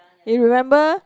you remember